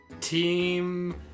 Team